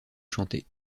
chanter